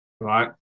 right